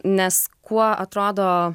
nes kuo atrodo